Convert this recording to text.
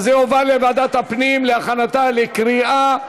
אז זה יועבר לוועדת הפנים להכנתה לקריאה,